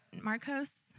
Marcos